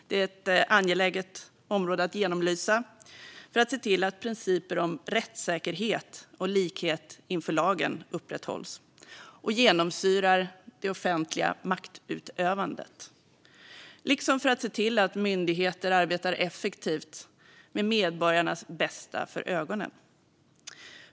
Det är ett angeläget område att genomlysa, för att se till att principer om rättssäkerhet och likhet inför lagen upprätthålls - området genomsyrar det offentliga maktutövandet - liksom för att se till att myndigheter arbetar effektivt med medborgarnas bästa för ögonen.